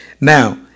Now